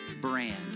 brand